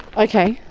okay,